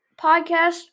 podcast